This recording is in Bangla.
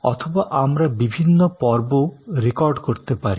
অথবা আমরা বিভিন্ন পর্বও রেকর্ড করতে পারি